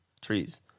trees